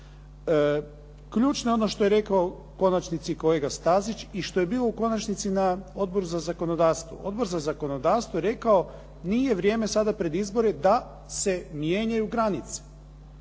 Ključno, ono što je rekao u konačnici i kolega Stazić i što je bilo u konačnici na Odboru za zakonodavstvo. Odbor za zakonodavstvo je rekao nije vrijeme sada pred izbore da se mijenjaju granice.